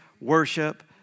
worship